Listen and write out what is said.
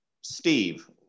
steve